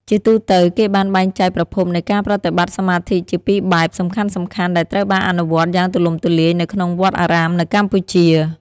ជាទូទៅ គេបានបែងចែកប្រភេទនៃការប្រតិបត្តិសមាធិជាពីរបែបសំខាន់ៗដែលត្រូវបានអនុវត្តយ៉ាងទូលំទូលាយនៅក្នុងវត្តអារាមនៅកម្ពុជា។